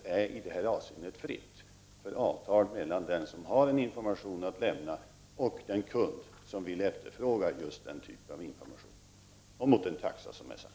I detta avseende är dock telenätet fritt för avtal mel lan den som har information att lämna och den kund som vill efterfråga just den typen av information mot den taxa som är uppsatt.